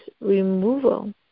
removal